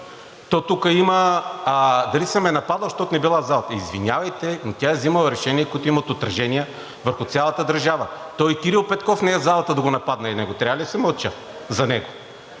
То тук има... Дали съм я нападал, защото не е била в залата? Извинявайте, но тя е взимала решения, които имат отражения върху цялата държава. То и Кирил Петков не е в залата, да го нападна и него. Трябва ли да си мълча за него